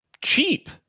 cheap